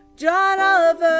john oliver,